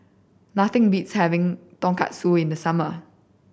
nothing beats having Tonkatsu in the summer